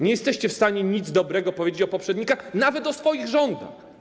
Nie jesteście w stanie nic dobrego powiedzieć o poprzednikach, nawet o swoich rządach.